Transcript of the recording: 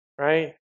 right